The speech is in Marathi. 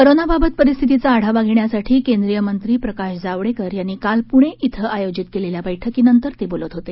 कोरोनाबाबत परिस्थितीचा आढावा घेण्यासाठी केंद्रीय मंत्री प्रकाश जावडेकर यांनी काल पुणे इथं आयोजित केलेल्या बैठकीनंतर ते बोलत होते